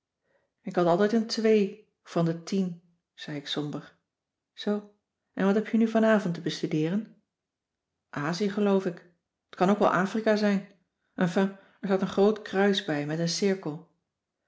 ik had altijd een twee van de tien zei ik somber zoo en wat heb je nu vanavond te bestudeeren azië geloof ik t kan ook wel afrika zijn enfin er staat een groot kruis bij met een cirkel